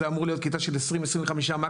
זה אמור להיות כיתה של 20-25 מקסימום,